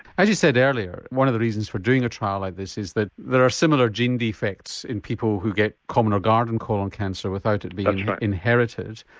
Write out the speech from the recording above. as you said earlier one of the reasons for doing a trial like this is that there are similar gene defects in people who get common or garden colon cancer without it being inherited.